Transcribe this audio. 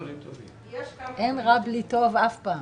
אין רע בלי טוב אף פעם.